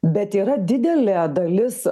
bet yra didelė dalis